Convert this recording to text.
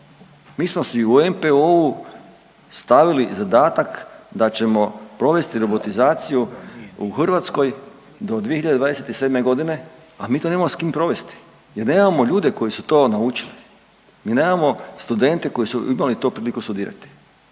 Mi smo si u NPOO-u stavili zadatak da ćemo provesti robotizaciju u Hrvatskoj do 2027.g., a mi to nemamo s kim provesti jer nemamo ljude koji su to naučili, mi nemamo studente koji su imali to priliku studirati,